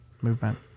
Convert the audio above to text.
movement